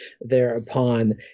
thereupon